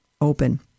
open